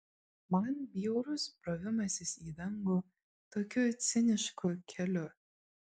man bjaurus brovimasis į dangų tokiu cinišku keliu